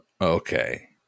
Okay